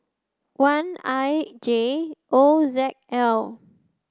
one I J O Z L